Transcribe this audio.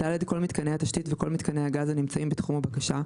כל מיתקני התשתית וכל מיתקני הגז הנמצאים בתחום הבקשה,